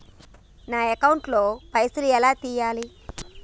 నా అకౌంట్ ల పైసల్ ఎలా తీయాలి?